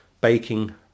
baking